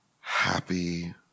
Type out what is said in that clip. happy